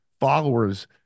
followers